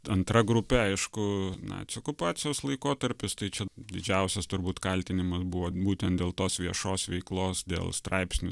antra grupė aišku nacių okupacijos laikotarpis tai čia didžiausias turbūt kaltinimas buvo būtent dėl tos viešos veiklos dėl straipsnių